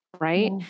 right